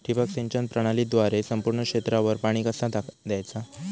ठिबक सिंचन प्रणालीद्वारे संपूर्ण क्षेत्रावर पाणी कसा दयाचा?